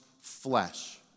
flesh